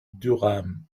durham